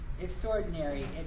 Extraordinary